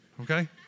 okay